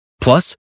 Plus